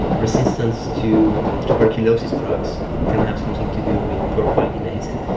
resistance to tuberculosis drugs can have something to do with poor quality medicines.